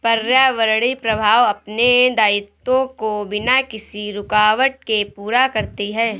पर्यावरणीय प्रवाह अपने दायित्वों को बिना किसी रूकावट के पूरा करती है